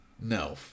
No